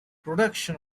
production